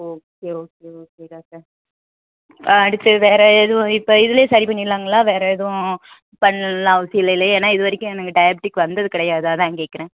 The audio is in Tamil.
ஓ ஓகே ஓகே ஓகே டாக்டர் அடுத்து வேறு எதுவும் இப்போ இதிலே சரி பண்ணிடலாங்களா வேறு எதுவும் பண்ணணுமெலாம் அவசியம் இல்லயில்ல ஏன்னால் இது வரைக்கும் எனக்கு டயாபெட்டிக் வந்தது கிடையாது அதுதான் கேட்குறேன்